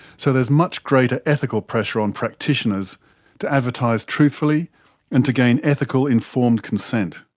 so there is much greater ethical pressure on practitioners to advertise truthfully and to gain ethical, informed consent.